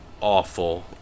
awful